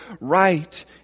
right